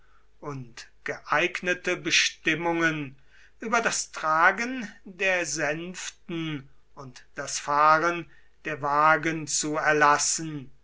und geeignete bestimmungen über das tragen der sänften und das fahren der wagen zu erlassen